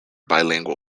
bilingual